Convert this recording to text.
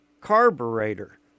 carburetor